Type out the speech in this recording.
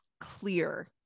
clear